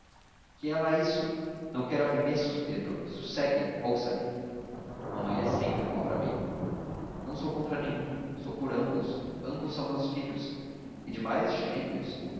que é lá isso não quero arremessos pedro sossegue ouça-me mamãe é sempre contra mim não sou contra nenhum sou por ambos ambos são meus filhos e demais gêmeos